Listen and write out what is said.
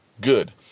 good